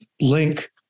link